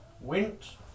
went